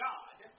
God